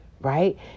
right